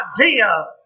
idea